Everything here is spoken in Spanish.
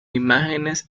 imágenes